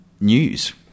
news